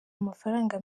amafaranga